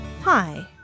Hi